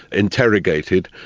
interrogated,